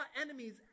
enemies